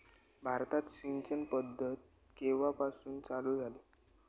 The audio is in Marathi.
भारतात सिंचन पद्धत केवापासून चालू झाली?